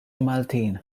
maltin